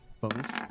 bonus